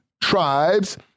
tribes